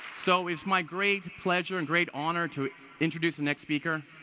so, it's my great pleasure, and great honor, to introduce the next speaker.